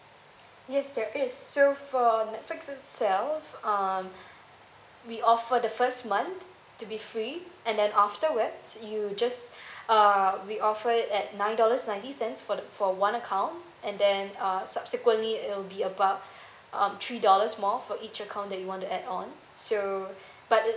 yes there is so for netfix itself um we offer the first month to be free and then afterwards you just err we offer it at nine dollars ninety cents for the for one account and then uh subsequently it will be about um three dollars more for each account that you want to add on so but it